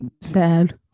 sad